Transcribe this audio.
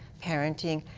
parenting.